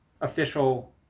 official